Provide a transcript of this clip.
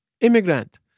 immigrant